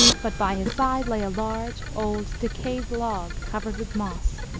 but by his side lay a large, old, decayed log, covered with moss.